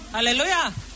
Hallelujah